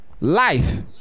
life